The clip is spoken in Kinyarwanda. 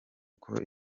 uko